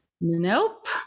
nope